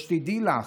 שתדעי לך,